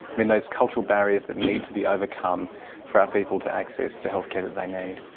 mean, those cultural barriers that need to be overcome for our people to access the healthcare that they need?